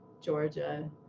Georgia